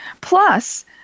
Plus